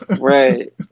Right